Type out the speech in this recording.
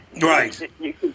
Right